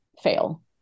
fail